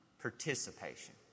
Participation